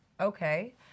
Okay